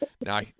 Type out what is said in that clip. Now